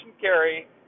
carry